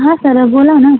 हा सर बोला ना